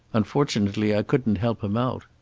unfortunately i couldn't help him out.